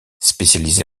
spécialisée